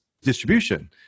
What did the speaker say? distribution